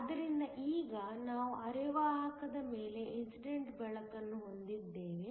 ಆದ್ದರಿಂದ ಈಗ ನಾವು ಅರೆವಾಹಕದ ಮೇಲೆ ಇನ್ಸಿಡೆಂಟ್ ಬೆಳಕನ್ನು ಹೊಂದಿದ್ದೇವೆ